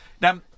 Now